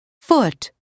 Foot